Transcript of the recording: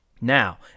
Now